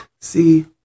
See